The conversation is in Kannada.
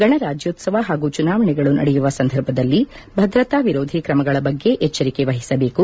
ಗಣರಾಜ್ಯೋತ್ಸವ ಹಾಗೂ ಚುನಾವಣೆಗಳು ನಡೆಯುವ ಸಂದರ್ಭದಲ್ಲಿ ಭದ್ರತಾ ವಿರೋಧಿ ಕ್ರಮಗಳ ಬಗ್ಗೆ ಎಚ್ಚರಿಕೆ ವಹಿಸಬೇಕು